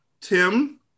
tim